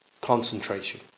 concentration